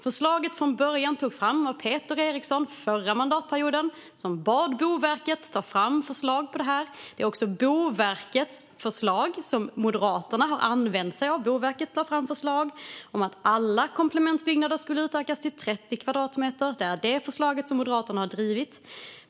Det togs från början fram av Peter Eriksson under förra mandatperioden. Han bad Boverket ta fram förslag om detta. Det är också Boverkets förslag som Moderaterna har använt sig av. Boverket tog fram ett förslag om att alla komplementbyggnader skulle utökas till 30 kvadratmeter; det är det förslaget som Moderaterna har drivit.